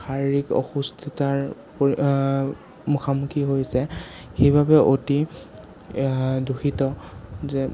শাৰীৰিক অসুস্থতাৰ মুখামুখি হৈছে সেইবাবে অতি দুখিত যে